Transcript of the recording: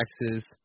taxes